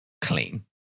clean